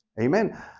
Amen